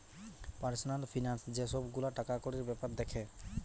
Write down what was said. personal finance যে সব গুলা টাকাকড়ির বেপার দ্যাখে